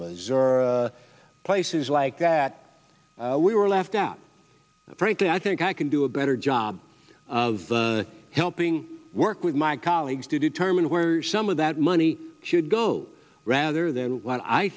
missouri places like that we were left out frankly i think i can do a better job of helping work with my colleagues to determine where some of that money should go rather than what i